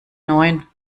neun